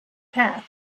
path